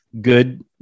good